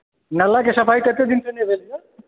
नालाकेँ सफाइ कते दिनसँ नहि भेल छै